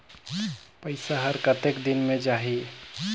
पइसा हर कतेक दिन मे जाही?